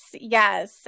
Yes